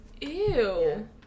Ew